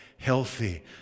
Healthy